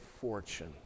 fortune